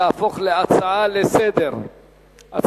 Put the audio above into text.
תהפוך להצעה לסדר-היום.